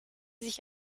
sich